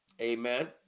Amen